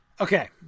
Okay